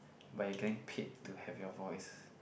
but you can pick to have your voice